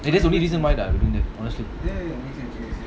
that's the only reason why lah honestly